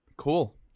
cool